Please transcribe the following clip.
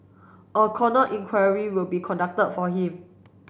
a corner inquiry will be conducted for him